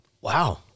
Wow